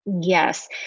Yes